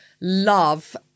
love